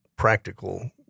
practical